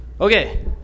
Okay